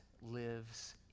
lives